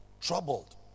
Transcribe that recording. Troubled